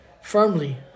firmly